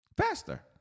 faster